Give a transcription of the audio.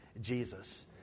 Jesus